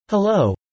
Hello